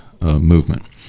movement